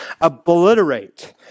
obliterate